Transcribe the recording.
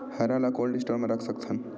हरा ल cold store म रख सकथन?